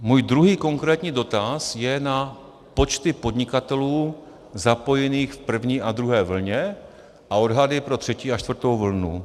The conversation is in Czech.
Můj druhý konkrétní dotaz je na počty podnikatelů zapojených v první a druhé vlně a odhady pro třetí a čtvrtou vlnu.